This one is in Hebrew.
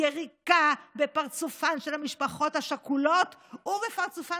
יריקה בפרצופן של המשפחות השכולות ובפרצופן